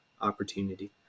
opportunity